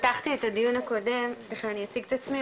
אני פתחתי את הדיון הקודם אני אציג את עצמי,